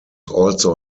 also